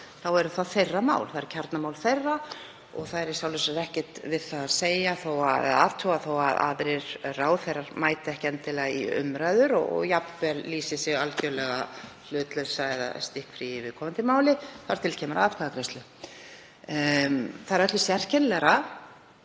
þá eru það þeirra mál, það eru kjarnamál þeirra og það er í sjálfu sér ekkert við það að athuga þó að aðrir ráðherrar mæti ekki endilega í umræður og lýsi sig jafnvel algerlega hlutlaus eða stikkfrí í viðkomandi máli þar til kemur að atkvæðagreiðslu. Það er öllu sérkennilegra,